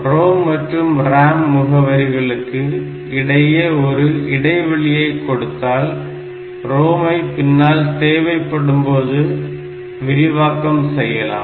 ROM மற்றும் RAM முகவரிகளுக்கு இடையே ஒரு இடைவெளியை கொடுத்தால் ROM ஐ பின்னால் தேவைப்படும்போது விரிவாக்கம் செய்யலாம்